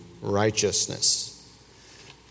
righteousness